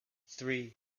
three